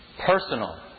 personal